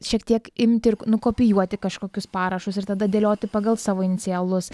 šiek tiek imti ir nukopijuoti kažkokius parašus ir tada dėlioti pagal savo inicialus